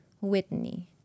Whitney